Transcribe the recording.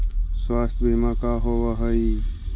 स्वास्थ्य बीमा का होव हइ?